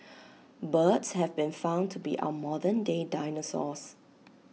birds have been found to be our modern day dinosaurs